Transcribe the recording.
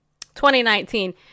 2019